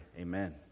Amen